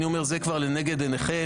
כי אני אומר: זה כבר לנגד עיניכם,